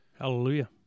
Hallelujah